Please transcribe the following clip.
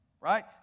Right